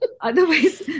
Otherwise